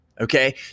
Okay